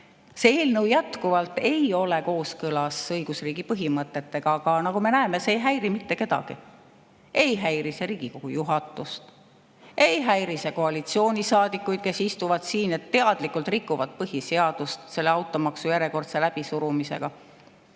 see eelnõu jätkuvalt ei ole kooskõlas õigusriigi põhimõtetega. Aga nagu me näeme, see ei häiri mitte kedagi. Ei häiri see Riigikogu juhatust, ei häiri see koalitsioonisaadikuid, kes istuvad siin ja teadlikult rikuvad põhiseadust selle automaksu järjekordse läbisurumisega.